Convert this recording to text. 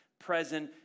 present